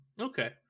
Okay